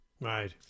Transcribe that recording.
Right